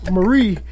Marie